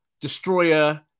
destroyer